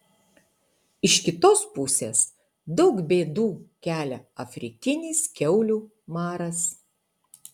iš kitos pusės daug bėdų kelia afrikinis kiaulių maras